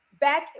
back